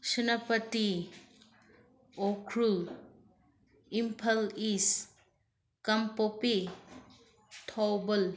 Senapati Ukhrul Imphal East Kangpokpi Thoubal